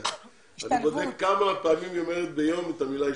אני בודק כמה פעמים היא אומרת ביום את ההשתלבות,